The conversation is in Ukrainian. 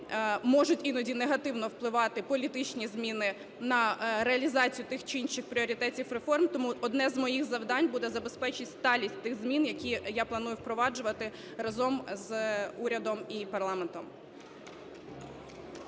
можуть іноді негативно впливати політичні зміни на реалізацію тих чи інших пріоритетів реформ. Тому одне з моїх завдань буде - забезпечити сталість тих змін, які я планую впроваджувати разом з урядом і парламентом.